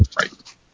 Right